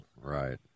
Right